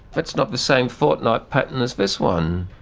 that's not the same fortnight pattern as this one.